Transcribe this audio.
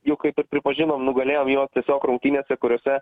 juk kaip ir pripažinom nugalėjom juos tiesiog rungtynėse kuriose